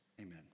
Amen